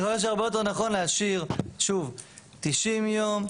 אני חושב שהרבה יותר נכון להשאיר, שוב, 90 יום.